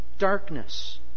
darkness